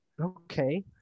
Okay